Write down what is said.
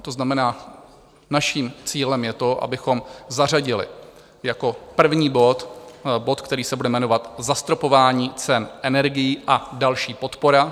To znamená, naším cílem je to, abychom zařadili jako první bod bod, který se bude jmenovat Zastropování cen energií a další podpora.